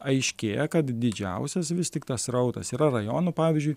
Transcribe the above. aiškėja kad didžiausias vis tik tas srautas yra rajonų pavyzdžiui